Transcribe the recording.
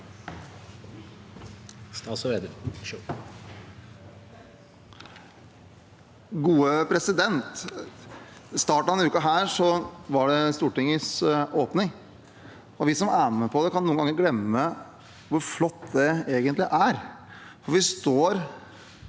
I starten av denne uken var det Stortingets åpning. Vi som er med på det, kan noen ganger glemme hvor flott det egentlig er.